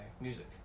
music